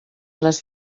les